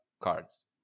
cards